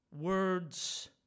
words